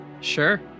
sure